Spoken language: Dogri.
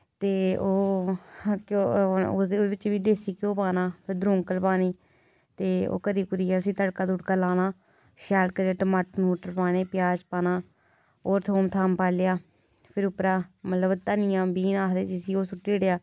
ते ओह् ओह्दे बिच बी देसी घ्यों पाना दरोगल पानी ते ओह् करी कुरियै फिर तड़का तुड़का लाना शैल करिया टमाटर टुमूटर पाने प्याज पाना होर थोम थाम पा लेआ फिर उप्परां मतलब धनिया जिसी अस